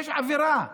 יש עבירה.